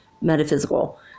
metaphysical